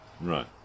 right